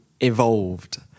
evolved